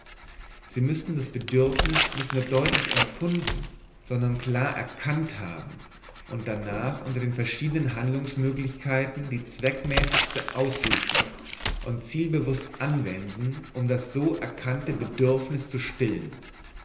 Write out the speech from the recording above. sie müßten das bedürfnis nicht nur deutlich empfunden sondern klar erkannt haben und darnach unter den verschiedenen handlungsmöglichkeiten die zweckmäßigste aussuchen und zielbewußt anwenden um das so erkannte bedürfnis zu stillen